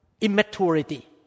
immaturity